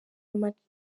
amacenga